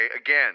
again